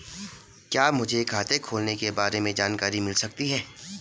क्या मुझे खाते खोलने के बारे में जानकारी मिल सकती है?